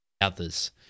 others